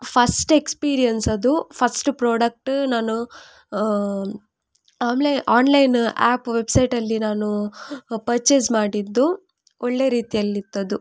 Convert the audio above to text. first experience ಅದು first product ನಾನು online app ವೆಬ್ಸೈಟಲ್ಲಿ ನಾನು ಪರ್ಚೇಸ್ ಮಾಡಿದ್ದು ಒಳ್ಳೆ ರೀತಿಯಲ್ಲಿತ್ತದು